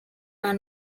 are